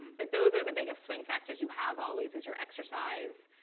but those are the biggest swing factors you have always is your exercise,